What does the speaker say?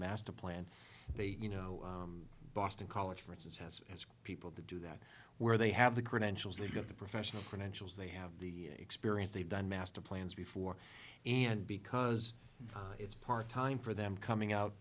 master plan they you know boston college for instance has asked people to do that where they have the credentials they've got the professional credentials they have the experience they've done master plans before and because it's part time for them coming out